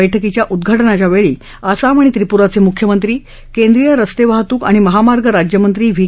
बैठकीच्या उद्घाटनच्या वळी आसाम आणि त्रिपुराच मुख्यमंत्री केंद्रीय रस्तविहतूक आणि महामार्ग राज्यमंत्री व्ही